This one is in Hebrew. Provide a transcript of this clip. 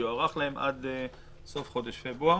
יוארך עד סוף חודש פברואר.